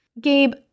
Gabe